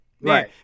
Right